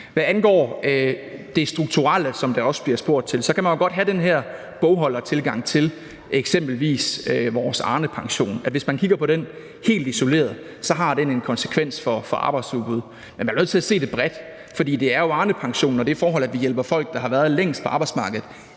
Hvad angår det strukturelle, som der også bliver spurgt til, kan man jo godt have den her bogholdertilgang til eksempelvis vores Arnepension, nemlig at hvis man kigger på den helt isoleret, har den en konsekvens for arbejdsudbuddet. Men man bliver nødt til at se det bredt, for det er jo Arnepensionen og det forhold, at vi hjælper folk, der har været længst på arbejdsmarkedet,